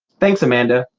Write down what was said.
thanks, amanda.